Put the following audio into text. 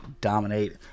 dominate